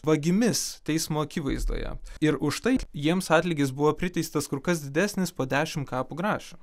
vagimis teismo akivaizdoje ir už tai jiems atlygis buvo priteistas kur kas didesnis po dešimt kapų grašių